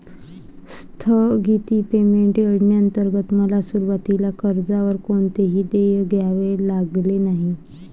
स्थगित पेमेंट योजनेंतर्गत मला सुरुवातीला कर्जावर कोणतेही देय द्यावे लागले नाही